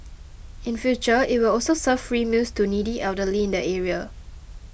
in future it will also serve free meals to needy elderly in the area